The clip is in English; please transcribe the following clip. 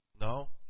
No